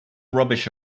rubbish